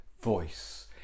voice